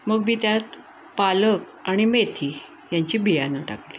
मग मी त्यात पालक आणि मेथी ह्यांची बियाणं टाकली